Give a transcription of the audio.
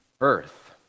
earth